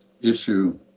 issue